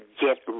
get